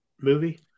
movie